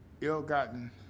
Ill-gotten